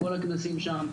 כל הכנסים שם,